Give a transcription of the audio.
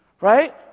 Right